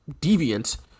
deviant